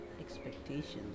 expectations